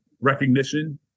recognition